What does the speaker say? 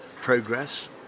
progress